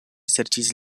serĉis